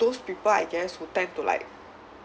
those people I guess who tend to like